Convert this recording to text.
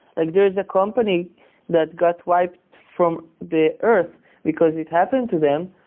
like there is a company that got wiped from the earth because it happened to them,